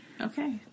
Okay